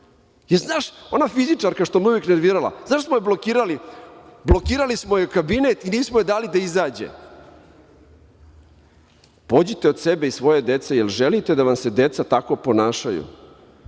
znaš, ona fizičarka što me uvek nervirala, znaš da smo je blokirali, blokirali smo joj kabinet i nismo joj dali da izađe. Pođite od sebe i svoje dece - da li želite da vam se deca tako ponašaju?